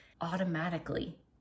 automatically